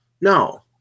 No